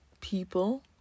people